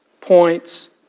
points